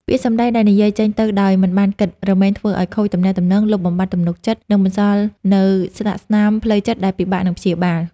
ពាក្យសម្ដីដែលនិយាយចេញទៅដោយមិនបានគិត រមែងធ្វើឱ្យខូចទំនាក់ទំនង លុបបំបាត់ទំនុកចិត្ត និងបន្សល់នូវស្លាកស្នាមផ្លូវចិត្តដែលពិបាកនឹងព្យាបាល។